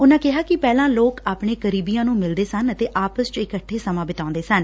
ਉਨੂਾ ਕਿਹਾ ਕਿ ਪਹਿਲਾਂ ਲੋਕ ਆਪਣੇ ਕਰੀਬੀਆਂ ਨੂੰ ਮਿਲਦੇ ਸਨ ਅਤੇ ਆਪਸ ਚ ਇਕੱਠੇ ਸਮਾਂ ਬਿਤਾਉਦੇ ਸਨ